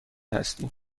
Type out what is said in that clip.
هستی